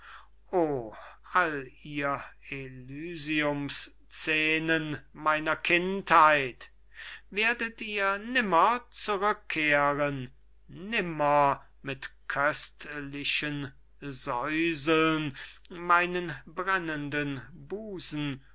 all ihr elysiums scenen meiner kindheit werdet ihr nimmer zurückkehren nimmer mit köstlichem säuseln meinen brennenden busen